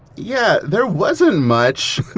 yeah. there wasn't much.